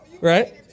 Right